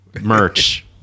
merch